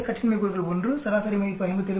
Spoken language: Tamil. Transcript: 6 கட்டின்மை கூறுகள் 1 சராசரி மதிப்பு 57